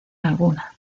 alguna